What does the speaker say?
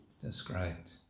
described